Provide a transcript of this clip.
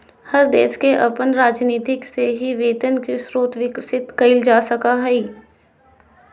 हर देश के अपन राजनीती से ही वित्त के स्रोत विकसित कईल जा सको हइ